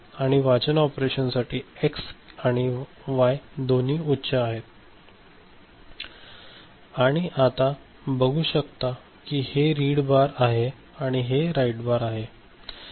आणि वाचन ऑपरेशनसाठी हे एक्स आणि वाय दोन्ही उच्च आहेत आणि आता बघू शकता की हे रीड बार आहे आणि हे राईट बार आहे